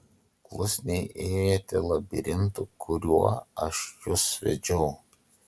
klusniai ėjote labirintu kuriuo aš jus vedžiau